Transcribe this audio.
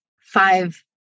five